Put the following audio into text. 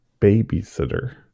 babysitter